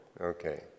Okay